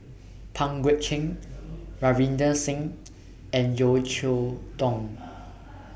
Pang Guek Cheng Ravinder Singh and Yeo Cheow Tong